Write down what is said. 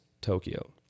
tokyo